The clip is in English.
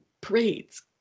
parades